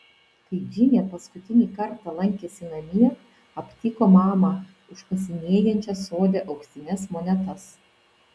kai džinė paskutinį kartą lankėsi namie aptiko mamą užkasinėjančią sode auksines monetas